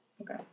Okay